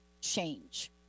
change